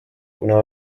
kuna